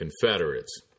Confederates